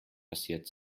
passiert